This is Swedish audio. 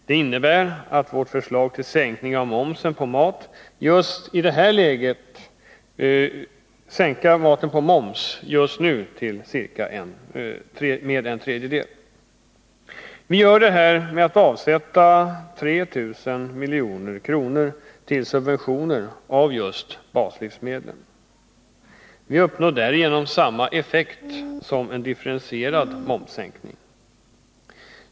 Det innebär att vi i just detta läge föreslår en sänkning av momsen på mat till ca en tredjedel. Vi gör det genom att avsätta 3 000 milj.kr. till subventioner av baslivsmedlen. Vi uppnår därigenom samma effekt som med en differentierad momssänkning.